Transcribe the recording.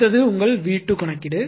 அடுத்தது உங்கள் V2 கணக்கீடு